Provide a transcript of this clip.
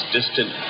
distant